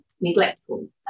neglectful